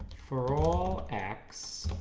for all x,